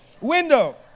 window